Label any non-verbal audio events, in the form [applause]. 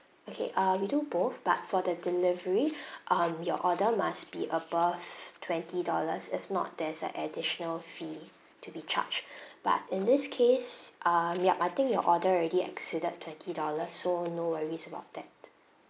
okay uh we do both but for the delivery [breath] um your order must be above twenty dollars if not there's a additional fee to be charged [breath] but in this case um yup I think your order already exceeded twenty dollar so no worries about that